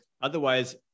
otherwise